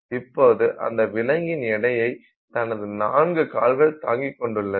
இப்போது அந்த விலங்கின் எடையை தனது நான்கு கால்கள் தாங்கிக் கொண்டுள்ளது